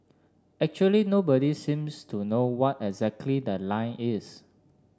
actually nobody seems to know what exactly the line is